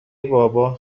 بابا